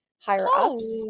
higher-ups